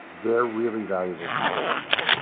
they're really valuable people to know.